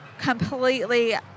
completely